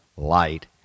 light